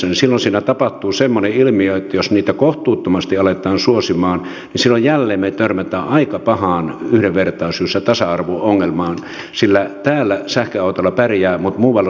silloin siinä tapahtuu semmoinen ilmiö että jos niitä kohtuuttomasti aletaan suosimaan niin silloin me jälleen törmäämme aika pahaan yhdenvertaisuus ja tasa arvo ongelmaan sillä täällä sähköautolla pärjää mutta muualla suomessa ei